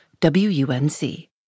WUNC